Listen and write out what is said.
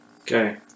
Okay